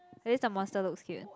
at least the monster looks cute